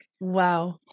Wow